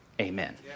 amen